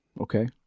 Okay